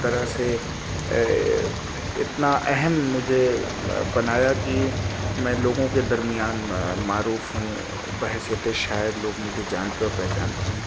طرح سے اتنا اہم مجھے بنایا کہ میں لوگوں کے درمیان معروف ہوں بحیثیت شاعر لوگ مجھے جانتے اور پہچانتے ہیں